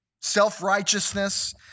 self-righteousness